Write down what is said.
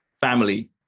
family